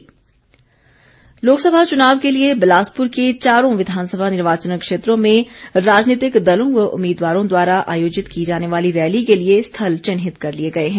विवेक भाटिया लोकसभा चुनाव के लिए बिलासपुर के चारों विधानसभा निर्वाचन क्षेत्रों में राजनीतिक दलों व उम्मीदवारों द्वारा आयोजित की जाने वाली रैली के लिए स्थल चिन्हित कर लिए गए हैं